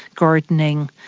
gardening,